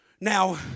Now